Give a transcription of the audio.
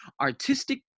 Artistic